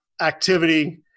activity